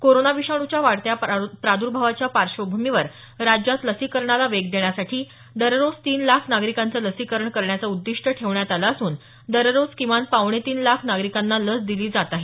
corona विषाणूच्या वाढत्या प्रादर्भावाच्या पार्श्वभूमीवर राज्यात लसीकरणाला वेग देण्यासाठी दररोज तीन लाख नागरिकांचं लसीकरण करण्याचं उद्दीष्ट ठेवण्यात आलं असून दररोज किमान पावणे तीन लाख नागरिकांना लस दिली जात आहे